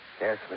Yes